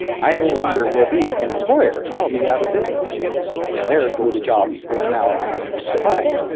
i and no longer will be an employer. i'll be out of business and there go the jobs which now i am supplying.